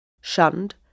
shunned